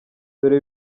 dore